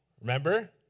Remember